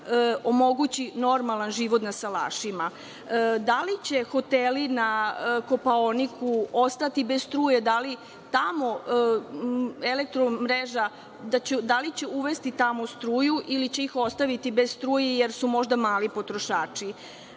omogući normalan život na salašima? Da li će hoteli na Kopaoniku ostati bez struje? Da li će tamo Elektromreža uvesti struju ili će ih ostaviti bez struje jer su možda mali potrošači?